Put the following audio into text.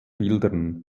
bildern